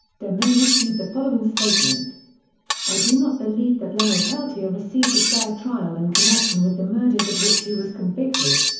demain issued the following statement statement i do not believe that leonard peltier received a fair trial in connection with the murders of which he was convicted.